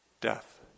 Death